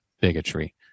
bigotry